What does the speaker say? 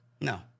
No